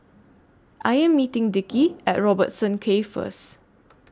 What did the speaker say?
I Am meeting Dickie At Robertson Quay First